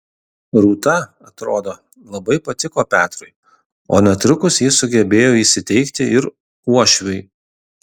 rūta atrodo labai patiko petrui o netrukus ji sugebėjo įsiteikti ir uošviui